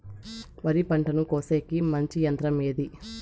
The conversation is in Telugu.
వరి పంటను కోసేకి మంచి యంత్రం ఏది?